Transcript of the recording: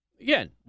Again